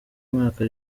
mwaka